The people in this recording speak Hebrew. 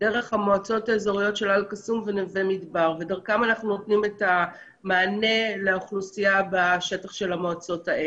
דרכם אנחנו נותנים את המענה לאוכלוסייה שנמצאת בשטחם.